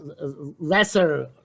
lesser